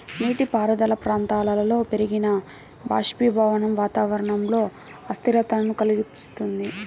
నీటిపారుదల ప్రాంతాలలో పెరిగిన బాష్పీభవనం వాతావరణంలో అస్థిరతను కలిగిస్తుంది